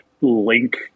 link